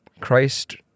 christ